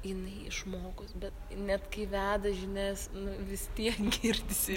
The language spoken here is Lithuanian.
jinai išmokus bet net kai veda žinias nu vis tiek girdisi